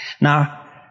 Now